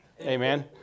Amen